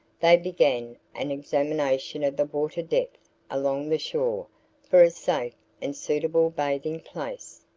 they began an examination of the water-depth along the shore for a safe and suitable bathing place.